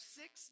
six